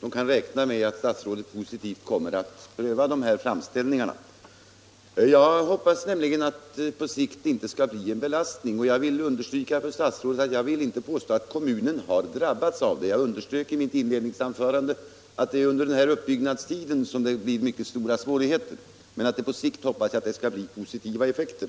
man kan räkna med att statsrådet positivt kommer att pröva dessa framställningar. Det är nämligen min förhoppning att anläggningen inte på sikt skall bli en belastning. Jag vill understryka för statsrådet att jag inte vill påstå att kommunen har drabbats. I mitt inledningsanförande framhöll jag att det är under uppbyggnadstiden som det blir mycket stora svårigheter men att jag hoppas att det på sikt skall bli positiva effekter.